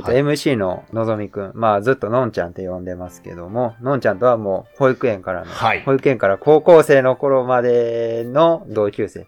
はい。あと、MCののぞみくん。まあ、ずっとのんちゃんって呼んでますけども、のんちゃんとはもう保育園からの、はい。保育園から高校生の頃までの同級生。